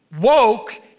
woke